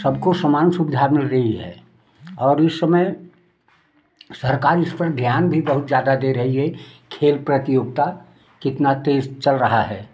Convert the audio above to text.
सबको समान सुविधा मिल रही है और इस समय सरकार इस पर ध्यान भी बहुत जादा दे रही है खेल प्रतियोगता कितना तेज चल रहा है